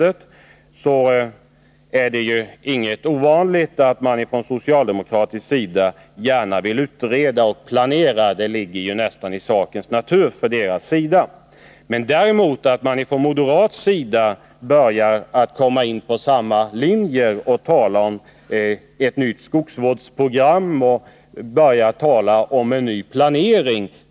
Det är ju inget ovanligt att man från socialdemokratiskt håll gärna vill utreda och planera — det ligger nästan i socialdemokraternas natur. Mera konstigt är att man från moderat håll börjar komma in på samma linje och talar om ett nytt skogsvårdsprogram och en ny planering.